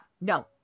no